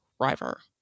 Driver